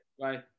Bye